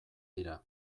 dira